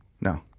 No